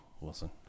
Wilson